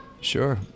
Sure